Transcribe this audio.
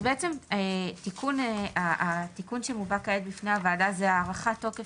אז בעצם התיקון שמובא כעת בפני הוועדה זה הערכת תוקף